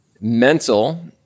Mental